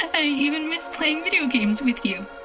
i even miss playing video games with you,